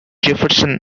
jefferson